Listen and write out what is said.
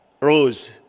rose